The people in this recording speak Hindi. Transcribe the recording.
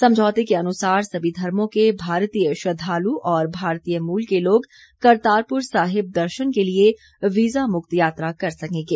समझौते के अनुसार सभी धर्मो के भारतीय श्रद्धालु और भारतीय मूल के लोग करतारपुर साहिब दर्शन के लिए वीजा मुक्त यात्रा कर सकेंगे